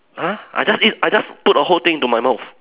!huh! I just eat I just put the whole thing into my mouth